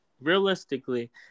realistically